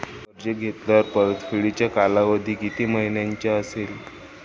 कर्ज घेतल्यावर परतफेडीचा कालावधी किती महिन्यांचा असेल?